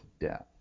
death